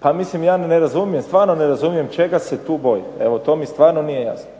Pa mislim, ja ne razumijem, stvarno ne razumijem čega se tu bojite, evo to mi stvarno nije jasno.